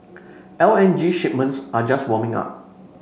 L N G shipments are just warming up